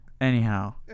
Anyhow